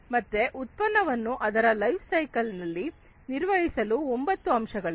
ಮತ್ತೆ ಉತ್ಪನ್ನವನ್ನು ಅದರ ಲೈಫ್ ಸೈಕಲ್ ನಲ್ಲಿ ನಿರ್ವಹಿಸಲು ಒಂಬತ್ತು ಅಂಶಗಳಿವೆ